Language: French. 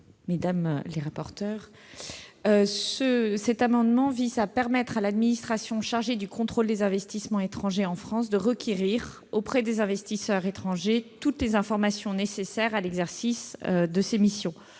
Mme la secrétaire d'État. Cet amendement vise à permettre à l'administration chargée du contrôle des investissements étrangers en France de requérir auprès des investisseurs étrangers toutes les informations nécessaires à l'exercice de ses missions,